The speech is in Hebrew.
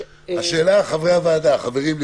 חברים,